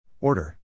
Order